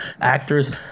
actors